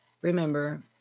remember